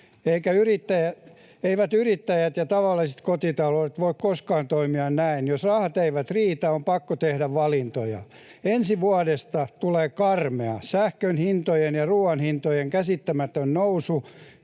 Eivät yrittäjät ja tavalliset kotitaloudet voi koskaan toimia näin. Jos rahat eivät riitä, on pakko tehdä valintoja. Ensi vuodesta tulee karmea. Sähkön hintojen ja ruuan hintojen käsittämätön nousu